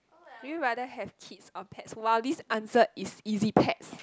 do you rather have kids or pets !wow! this answer is easy pets